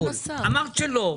אמרת שלא,